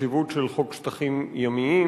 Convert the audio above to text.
לחשיבות של חוק אזורים ימיים,